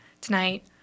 tonight